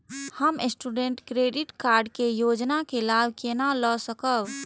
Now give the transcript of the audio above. हम student credit card के योजना के लाभ केना लय सकब?